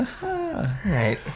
Right